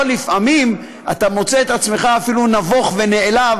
או לפעמים אתה מוצא את עצמך אפילו נבוך ונעלב